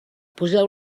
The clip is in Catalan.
poseu